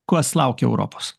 kas laukia europos